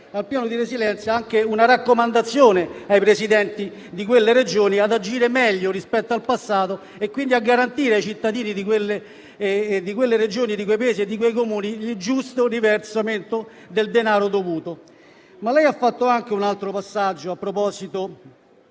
allegare al Piano anche una raccomandazione ai Presidenti di quelle Regioni ad agire meglio rispetto al passato e, quindi, a garantire ai cittadini di quelle Regioni e di quei Comuni il giusto riversamento del denaro dovuto. Lei ha fatto anche un altro passaggio a proposito